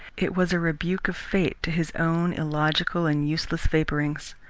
it was a rebuke of fate to his own illogical and useless vapourings.